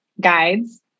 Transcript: guides